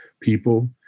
people